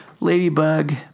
ladybug